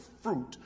fruit